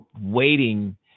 waiting